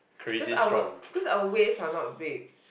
cause our cause our waves are not big